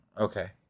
Okay